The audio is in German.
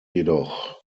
jedoch